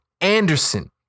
Anderson